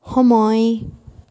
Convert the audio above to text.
সময়